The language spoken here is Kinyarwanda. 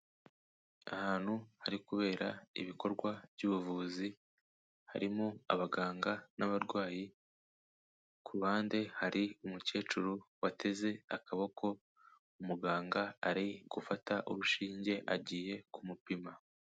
Ahantu hari kubera ibikorwa by'ubuvuzi harimo abaganga n'abarwayi, ku ruhande hari umukecuru wateze akaboko, umuganga ari gufata urushinge agiye kumupima.